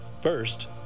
First